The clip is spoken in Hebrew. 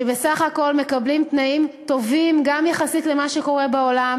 שבסך הכול מקבלים תנאים טובים גם יחסית למה שקורה בעולם.